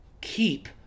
keep